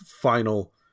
final